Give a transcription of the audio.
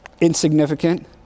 insignificant